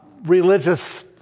religious